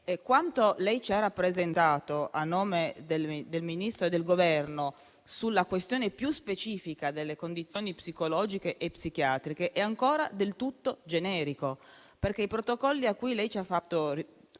Quanto lei ci ha rappresentato, a nome del Ministro e del Governo, sulla questione più specifica delle condizioni psicologiche e psichiatriche, è ancora del tutto generico. I protocolli cui lei ha fatto riferimento